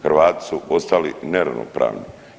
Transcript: Hrvati su postali neravnopravni.